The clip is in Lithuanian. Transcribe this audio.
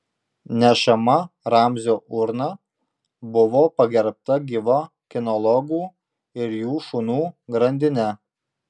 nešama ramzio urna buvo pagerbta gyva kinologų ir jų šunų grandine